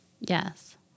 Yes